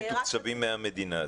הם מתוקצבים מהמדינה.